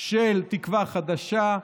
של תקווה חדשה,